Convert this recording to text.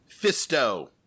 fisto